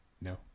No